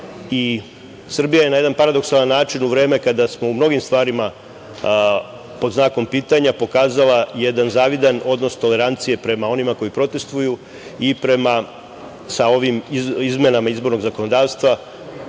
i Srbija je na jedan paradoksalan način, u vreme kada smo u mnogim stvarima pod znakom pitanja, pokazala jedan zavidan odnos tolerancije prema onima koji protestuju i prema, sa ovim izmenama izbornog zakonodavstva,